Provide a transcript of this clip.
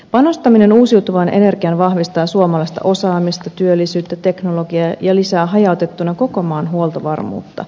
panostaminen uusiutuvaan energiaan vahvistaa suomalaista osaamista työllisyyttä teknologiaa ja lisää hajautettuna koko maan huoltovarmuutta